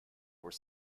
were